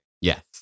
Yes